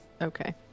okay